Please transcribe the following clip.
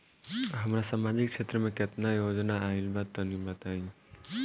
हमरा समाजिक क्षेत्र में केतना योजना आइल बा तनि बताईं?